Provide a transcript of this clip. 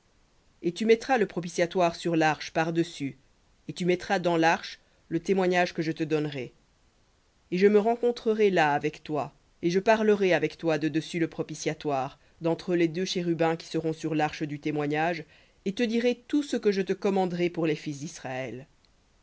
et tu mettras le propitiatoire sur l'arche par-dessus et tu mettras dans l'arche le témoignage que je te donnerai et je me rencontrerai là avec toi et je parlerai avec toi de dessus le propitiatoire d'entre les deux chérubins qui seront sur l'arche du témoignage tout ce que je te commanderai pour les fils d'israël